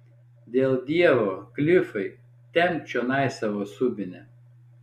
dėl dievo klifai tempk čionai savo subinę